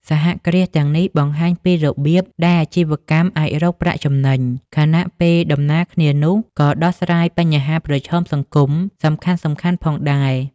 សហគ្រាសទាំងនេះបង្ហាញពីរបៀបដែលអាជីវកម្មអាចរកប្រាក់ចំណេញ ខណៈពេលដំណាលគ្នានោះក៏ដោះស្រាយបញ្ហាប្រឈមសង្គមសំខាន់ៗផងដែរ ។